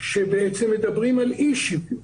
שבעצם מדברים על אי שוויון,